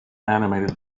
animated